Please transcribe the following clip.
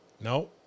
No